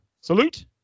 salute